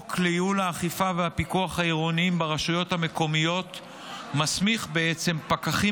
החוק לייעול האכיפה והפיקוח העירוניים ברשויות המקומיות מסמיך פקחים